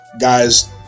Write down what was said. guys